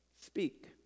speak